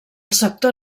sector